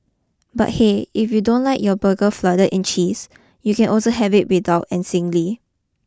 but hey if you don't like your burger flooded in cheese you can also have it without and singly